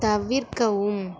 தவிர்க்கவும்